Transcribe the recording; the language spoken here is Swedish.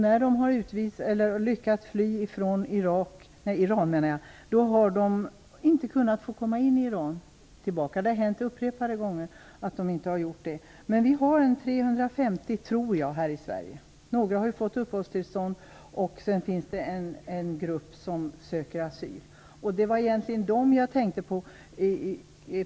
När de har lyckats fly från Iran har de inte kunnat komma tillbaka till Iran. Det har hänt upprepade gånger. Vi har ungefär 350 feilikurder här i Sverige. Några av dem har fått uppehållstillstånd. Sedan finns det en grupp som söker asyl. Det var egentligen dessa jag tänkte på.